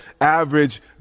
average